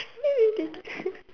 maybe